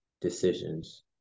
decisions